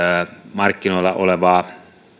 markkinoilla olevaa